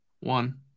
One